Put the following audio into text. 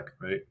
right